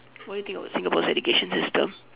what do you think about Singapore's education system